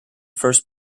first